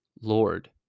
Lord